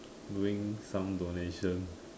doing some donations